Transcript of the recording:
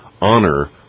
Honor